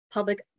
public